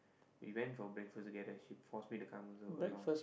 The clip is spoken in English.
we went for breakfast together she force me to come also along